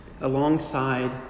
alongside